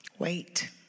wait